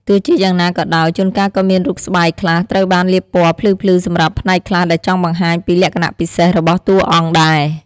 ទោះជាយ៉ាងណាក៏ដោយ ជួនកាលក៏មានរូបស្បែកខ្លះត្រូវបានលាបពណ៌ភ្លឺៗសម្រាប់ផ្នែកខ្លះដែលចង់បង្ហាញពីលក្ខណៈពិសេសរបស់តួអង្គដែរ។